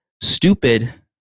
Stupid